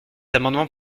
amendement